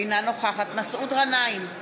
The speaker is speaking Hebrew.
אינה נוכחת מסעוד גנאים,